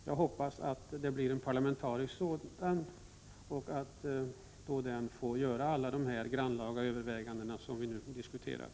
Jag hoppas att det blir en parlamentarisk utredning och att den får göra alla de grannlaga överväganden som vi nu diskuterar.